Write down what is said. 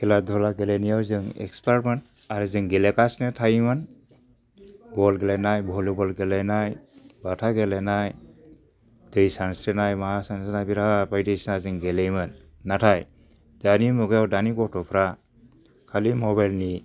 खेला दुला गेलेनायाव जों एक्सफार्टमोन आरो जों गेलेगासिनो थायोमोन बल गेलेनाय भलिबल गेलेनाय बाथा गेलेनाय दै सानस्रिनाय मा सानस्रिनाय बिराथ बायदिसिना जों गेलेयोमोन नाथाय दानि मुगायाव दानि गथ'फ्रा खालि मबेलनि